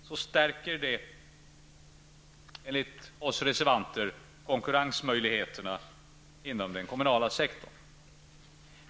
Det stärker enligt oss reservanter konkurrensmöjligheterna inom den kommunala sektorn.